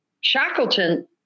Shackleton